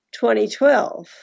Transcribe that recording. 2012